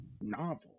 novel